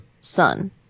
son